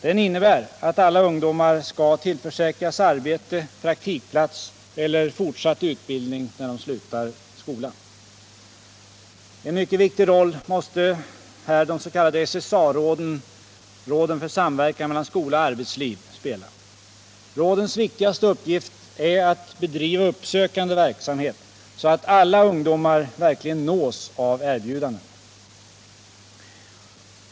Den innebär att alla ungdomar skall tillförsäkras arbete, praktikplats eller fortsatt utbildning när de slutar skolan. En mycket viktig roll måste här de s.k. SSA-råden — råden för samverkan mellan skola och arbetsliv — spela. Rådens viktigaste uppgift är att bedriva uppsökande verksamhet, så att alla ungdomar verkligen nås av erbjudanden.